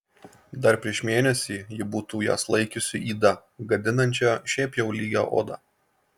dar prieš mėnesį ji būtų jas laikiusi yda gadinančia šiaip jau lygią odą